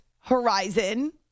horizon